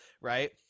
right